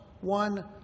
one